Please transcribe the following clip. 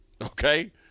okay